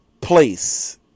place